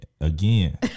Again